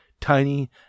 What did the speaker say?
tiny